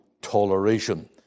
Toleration